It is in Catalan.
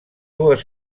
dues